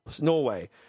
Norway